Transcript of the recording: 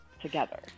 together